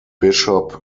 bishop